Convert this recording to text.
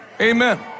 Amen